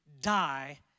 die